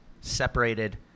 separated